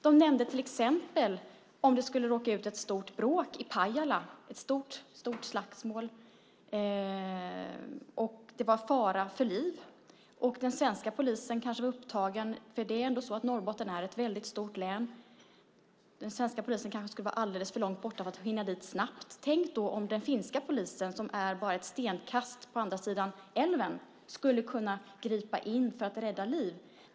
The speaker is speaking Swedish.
De nämnde som exempel om det skulle bli ett stort bråk i Pajala, ett stort slagsmål, det var fara för liv och den svenska polisen kanske var upptagen - Norrbotten är ett väldigt stort län - och alldeles för långt borta för att hinna dit snabbt. Tänk då om den finska polisen som är bara ett stenkast ifrån på andra sidan gränsen skulle kunna gripa in för att rädda liv.